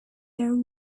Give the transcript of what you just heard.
their